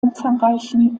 umfangreichen